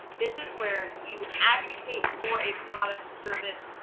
this is where you advocate for a product, service,